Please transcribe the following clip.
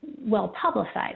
well-publicized